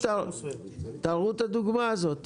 פשוט תראו את הדוגמה הזאת.